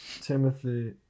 Timothy